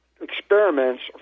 experiments